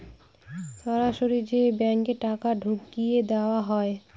সরাসরি যে ব্যাঙ্কে টাকা ঢুকিয়ে দেওয়া হয়